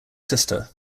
sister